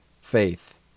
faith